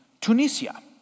Tunisia